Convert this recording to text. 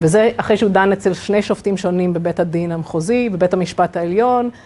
וזה אחרי שהוא דן אצל שני שופטים שונים בבית הדין המחוזי, בבית המשפט העליון.